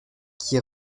qui